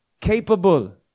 capable